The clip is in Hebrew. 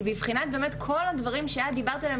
היא בבחינת כל הדברים שאת דיברת עליהם